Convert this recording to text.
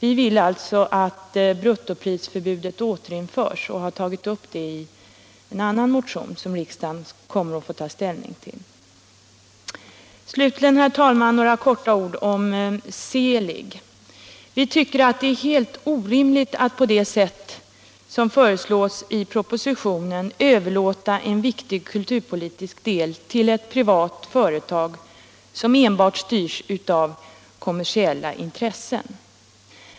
Vi vill alltså att fasta bokpriser återinförs, och vi har fört fram det kravet i en annan motion som riksdagen kommer att få ta ställning till. Slutligen, herr talman, några få ord om Seelig. Vi anser det vara helt orimligt att på det sätt som föreslås i propositionen överlåta en viktig kulturpolitisk del till ett privat företag, som styrs enbart av kommersiella intressen.